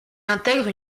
intègre